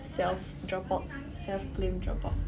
self drop out self claim drop out